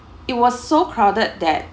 it was so crowded that